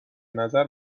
نظر